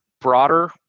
broader